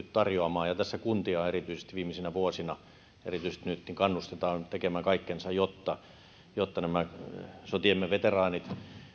tarjoamaan tässä kuntia on erityisesti viimeisinä vuosina kannustettu ja erityisesti nyt kannustetaan tekemään kaikkensa jotta jotta nämä sotiemme veteraanit